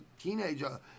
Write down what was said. teenager